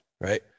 right